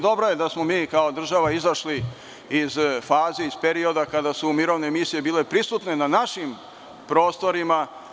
Dobro je smo mi kao država izašli iz faze, iz perioda kada su mirovne misije bile prisutne na našim prostorima.